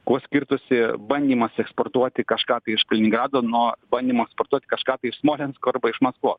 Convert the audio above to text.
kuo skirtųsi bandymas eksportuoti kažką tai iš kaliningrado nuo bandymo eksportuot kažką tai iš smolensko arba iš maskvos